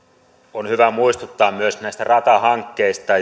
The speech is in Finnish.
on hyvä muistuttaa myös näistä ratahankkeista